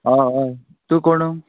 हय हय तूं कोण